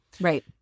Right